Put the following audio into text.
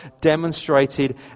demonstrated